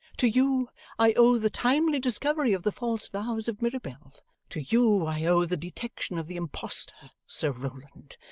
to you i owe the timely discovery of the false vows of mirabell to you i owe the detection of the impostor sir rowland.